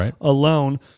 alone